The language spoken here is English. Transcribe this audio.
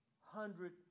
hundred